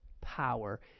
power